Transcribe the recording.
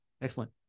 excellent